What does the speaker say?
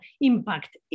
impact